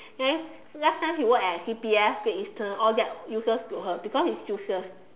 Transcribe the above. then last time she work at C_P_F great Eastern all that useless to her because it's useless